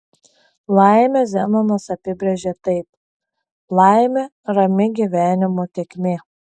laimę zenonas apibrėžė taip laimė rami gyvenimo tėkmė